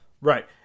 Right